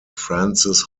francis